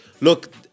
look